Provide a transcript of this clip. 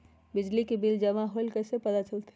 बिजली के बिल जमा होईल ई कैसे पता चलतै?